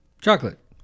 Chocolate